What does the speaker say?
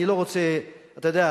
אתה יודע,